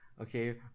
okay